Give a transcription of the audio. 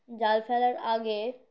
জাল ফেলার আগে